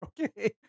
okay